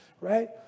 right